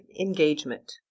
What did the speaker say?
engagement